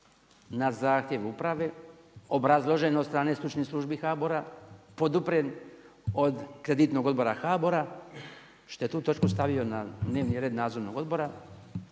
na zahtjev uprave obrazloženo od strane stručnih službi HBOR-a, poduprijet od kreditnog odbora HBOR-a što je tu točku stavio na dnevni red nadzornog odbora,